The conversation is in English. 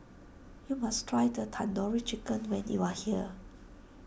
you must try the Tandoori Chicken when you are here